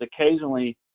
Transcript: occasionally